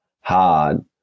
hard